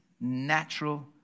natural